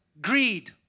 Greed